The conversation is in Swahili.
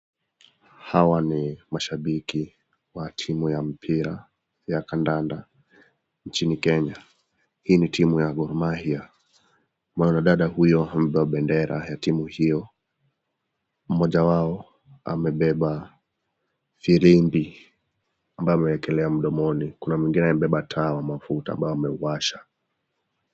Hawa ni mashabiki wa timu ya mpira ya kandanda nchini kenya. Hii ni timu ya Gor mahia, mwanadada huyo amebeba bendera ya timu hiyo mmoja wao amebeba firibi ambayo amewekelea mdomoni kuna mwingine amebeba taa wa mafuta ambao amewasha.